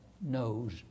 knows